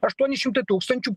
aštuoni šimtai tūkstančių